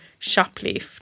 shoplift